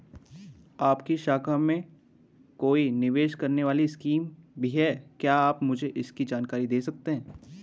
आपकी शाखा में कोई निवेश करने वाली स्कीम भी है क्या आप मुझे इसकी जानकारी दें सकते हैं?